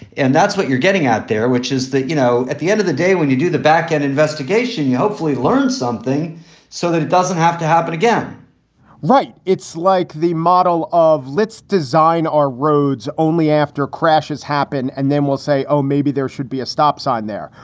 and that's what you're getting out there, which is that, you know, at the end of the day, when you do the back end investigation, you hopefully learn something so that it doesn't have to happen again right. it's like the model of let's design our roads only after crashes happen and then we'll say, oh, maybe there should be a stop sign there.